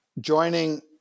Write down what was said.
joining